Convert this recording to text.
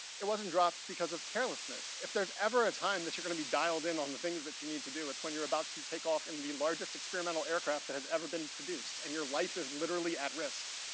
it wasn't dropped because of carelessness. if there's ever a time that you're gonna be dialed in on the things that you need to do, it's when you're about to take off in the largest experimental aircraft that has ever been produced and your life is literally at risk.